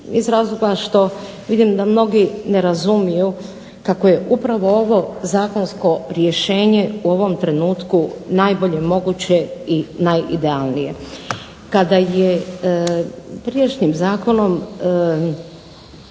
iz razloga što vidim da mnogi ne razumiju kako je upravo ovo zakonsko rješenje u ovom trenutku najbolje moguće i najidealnije. Kada je prijašnjim zakonom